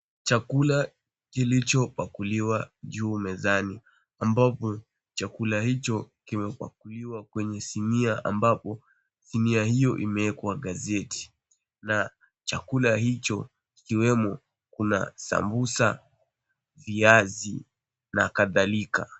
Chakula kilichopakuliwa juu mezani ambapo chakula hicho kimepakuliwa kwenye sinia ambapo sinia hio imeekwa gazeti na chakula hicho kikiwemo kuna sambusa, viazi na kadhalika.